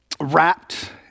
wrapped